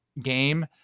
game